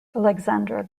alexandra